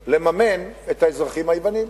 צריכים לממן את האזרחים היוונים?